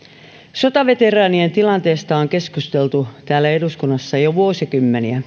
sotaveteraanien tilanteesta on keskusteltu täällä eduskunnassa jo vuosikymmeniä